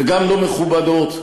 וגם לא מכובדות.